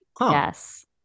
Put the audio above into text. Yes